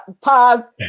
pause